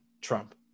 Trump